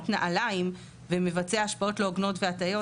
נעליים ומבצע השפעות לא הוגנות והטעיות,